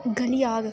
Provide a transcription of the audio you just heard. गली जाह्ग